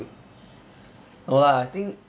no lah I think